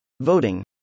voting